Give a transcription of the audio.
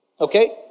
Okay